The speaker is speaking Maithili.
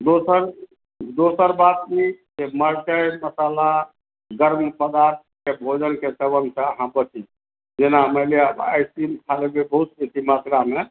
दोसर दोसर बात ई मिरचाय मसाला गर्म पदार्थ तक भोजन के प्रबन्ध सॅं अहाँ बचू जेना मानि लिअ आइसक्रीम खा लेलियै बहुत बेसी मात्रामे